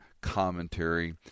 commentary